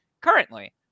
currently